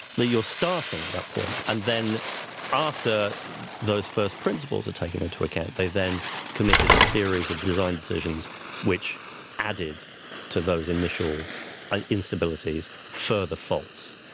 you're starting at that point and then after those first principles are taken into account, they then committed a series of design decisions which added to those initial ah instabilities further faults.